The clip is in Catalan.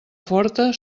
forta